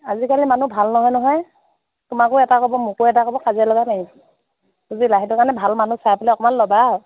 আজিকালি মানুহ ভাল নহয় নহয় তোমাকো এটা ক'ব মোকো এটা ক'ব কাজিয়া লগাই মাৰিব বুজিলা সেইটো কাৰণে ভাল মানুহ চাই পেলাই অকণমান ল'বা আৰু